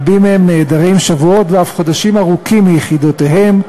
רבים מהם נעדרים שבועות ואף חודשים ארוכים מיחידותיהם.